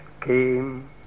came